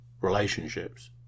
relationships